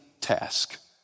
task